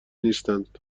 نیستند